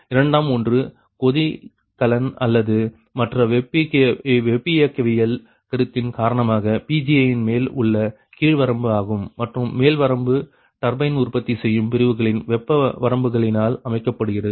இரண்டாம் ஒன்று கொதிகலன் அல்லது மற்ற வெப்பவியக்கவியல் கருத்தின் காரணமாக Pgi இன் மேல் உள்ள கீழ் வரம்பு ஆகும் மற்றும் மேல் வரம்பு டர்பைன் உற்பத்தி செய்யும் பிரிவுகளின் வெப்ப வரம்புகளினால் அமைக்கப்படுகிறது